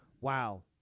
wow